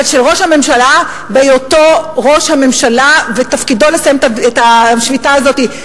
אבל היא של ראש הממשלה בהיותו ראש הממשלה ותפקידו לסיים את השביתה הזאת,